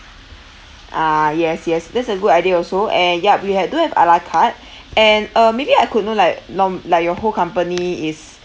ah yes yes that's a good idea also and yup we have do have ala carte and uh maybe I could know like lom~ like your whole company is